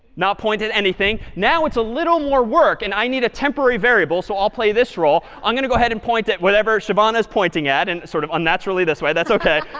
not point at anything. now, it's a little more work. and i need a temporary variable. so i'll play this role. i'm going to go ahead and point at wherever siobhana is pointing at in and sort of unnaturally this way. that's ok.